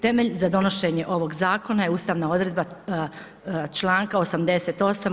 Temelj za donošenje ovog zakona je ustavna odredba članka 88.